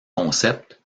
concept